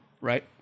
right